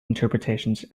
interpretations